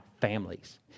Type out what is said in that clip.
families